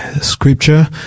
scripture